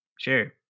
sure